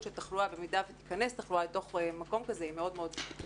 של תחלואה במידה שתיכנס תחלואה אל תוך מקום כזה היא מאוד מאוד גבוהה.